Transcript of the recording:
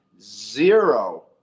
zero